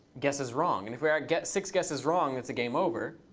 guesses wrong. and if we ah get six guesses wrong, it's a game over.